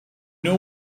know